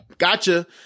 Gotcha